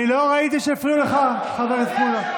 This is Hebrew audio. אני לא ראיתי שהפריעו לך, חבר הכנסת מולא.